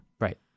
right